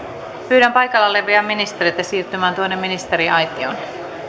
pyydän paikalla olevia ministereitä siirtymään ministeriaitioon